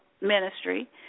ministry